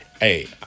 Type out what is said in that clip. Hey